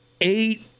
eight